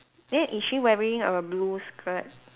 then is she wearing a blue shirt